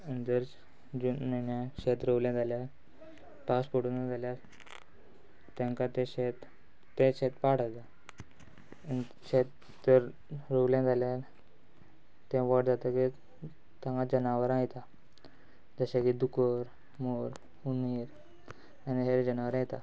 जर जून म्हयन्याक शेत रोयलें जाल्यार पावस पडूं ना जाल्यार तांकां ते शेत ते शेत पाड जाता शेत जर रोयलें जाल्यार तें व्हड जातकीर हांगा जनावरां येता जशे की दुकोर मोर उंदीर आनी हेर जनावरां येता